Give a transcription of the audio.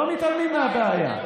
לא מתעלמים מהבעיה.